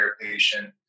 patient